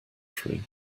tree